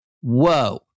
Whoa